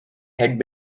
had